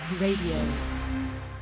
Radio